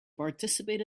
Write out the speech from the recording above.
participate